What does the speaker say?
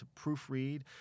proofread